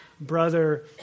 brother